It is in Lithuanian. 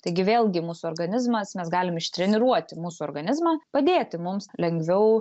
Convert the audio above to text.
taigi vėlgi mūsų organizmas mes galim ištreniruoti mūsų organizmą padėti mums lengviau